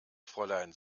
fräulein